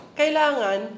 kailangan